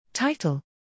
Title